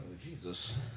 Jesus